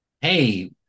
hey